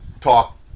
talk